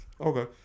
Okay